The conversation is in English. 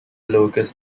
locus